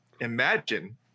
imagine